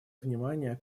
внимание